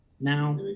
now